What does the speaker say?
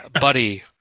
buddy